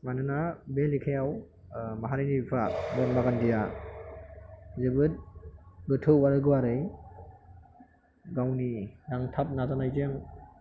मानोना बे लेखायाव माहारिनि बिफा महात्मा गान्धीआ जोबोद गोथौ आरो गुवारै गावनि नांथाब नाजानायजों